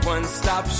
One-stop